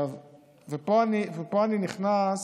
פה אני נכנס